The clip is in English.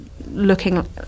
looking